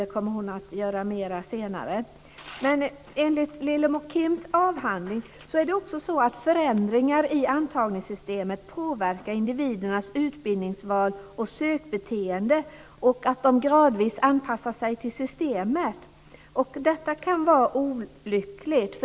Det kommer hon själv att göra senare. Enligt Lillemor Kims avhandling är det också så att förändringar i antagningssystemet påverkar individernas utbildningsval och sökbeteende. De anpassar sig också gradvis till systemet. Detta kan vara olyckligt.